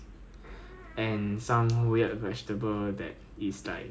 ya it's quite nonsense [one] serious then it's like uh it's like uh what ah